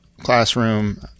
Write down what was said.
classroom